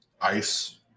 ice